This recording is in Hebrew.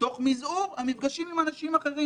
תוך מזעור המפגשים עם אנשים אחרים.